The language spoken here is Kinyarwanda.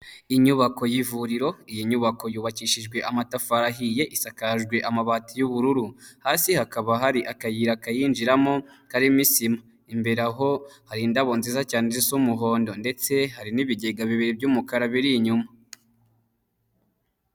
Inyubako y'ivuriro, iyi nyubako yubakishijwe amatafari ahiye, isakajwe amabati y'ubururu hasi hakaba hari akayira kayinjiramo karimo isima, imbere aho hari indabo nziza cyane zisa umuhondo ndetse hari n'ibigega bibiri by'umukara biri inyuma.